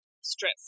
stress